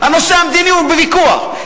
הנושא המדיני הוא בוויכוח,